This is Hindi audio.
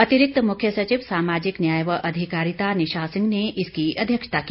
अतिरिक्त मुख्य सचिव सामाजिक न्याय व अधिकारिता निशा सिंह ने इसकी अध्यक्षता की